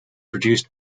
produced